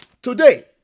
Today